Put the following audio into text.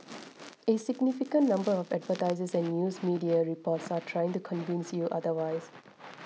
a significant number of advertisers and news media reports are trying to convince you otherwise